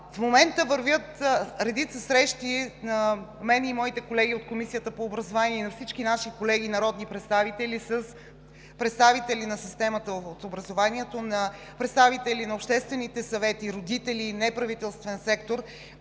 В момента вървят редица срещи между мен, моите колеги от Комисията по образованието и науката и всички наши колеги народни представители с представители от системата на образованието, представители на обществените съвети, родители и неправителствен сектор.